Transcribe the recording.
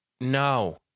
no